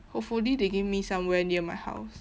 hopefully they give me somewhere near my house